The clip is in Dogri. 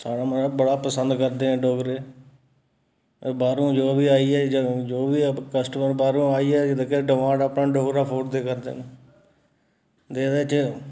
साढ़े मतलब बड़ा पसंद करदे न डोगरे बाह्रों जो बी आइया जो बी कस्टमर बाह्रों आई गेआ जेह्ड़ा डिमांड अपने डोगरा फूड दी करदे न जेह्दे च